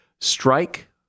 strike